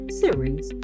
series